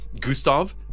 Gustav